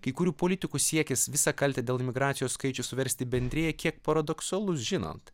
kai kurių politikų siekis visą kaltę dėl imigracijos skaičių suversti bendrijai kiek paradoksalus žinant